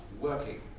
working